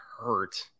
hurt –